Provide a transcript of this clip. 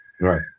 right